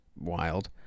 wild